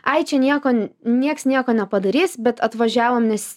ai čia nieko nieks nieko nepadarys bet atvažiavom nes